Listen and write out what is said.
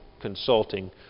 consulting